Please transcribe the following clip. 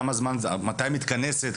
מתי מתכנסת?